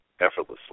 effortlessly